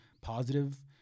positive